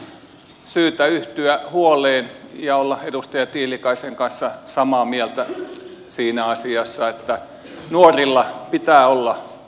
on tietysti syytä yhtyä huoleen ja olla edustaja tiilikaisen kanssa samaa mieltä siinä asiassa että nuorilla pitää olla koulutuspaikat